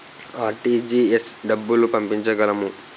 RTGS డబ్బులు పంపించగలము?